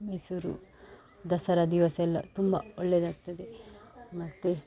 ಮೈಸೂರು ದಸರಾ ದಿವಸ ಎಲ್ಲ ತುಂಬ ಒಳ್ಳೆಯದಾಗ್ತದೆ ಮತ್ತು